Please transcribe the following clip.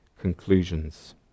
conclusions